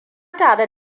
tare